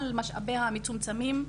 על משאביה המצומצמים,